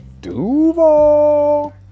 Duval